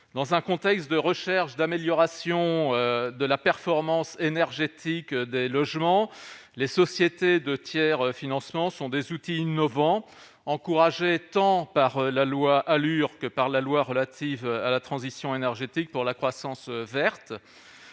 Dans un contexte de recherche d'amélioration de la performance énergétique des logements, les sociétés de tiers-financement sont des outils innovants encouragés tant par la loi ALUR que par la loi relative à la transition énergétique pour la croissance verte.